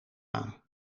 aan